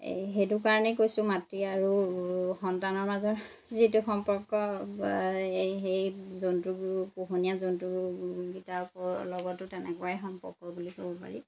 এই সেইটো কাৰণে কৈছোঁ মাতৃ আৰু সন্তানৰ মাজত যিটো সম্পৰ্ক এই সেই জন্তুবোৰ পোহনীয়া জন্তুবোৰ কিটাৰ লগতো তেনেকুৱাই সম্পৰ্ক বুলি ক'ব পাৰি